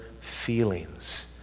feelings